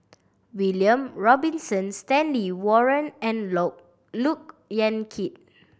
William Robinson Stanley Warren and Look Yan Kit